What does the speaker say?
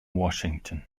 washington